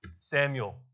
Samuel